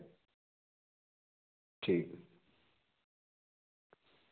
ठीक